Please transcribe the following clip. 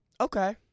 Okay